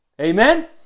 Amen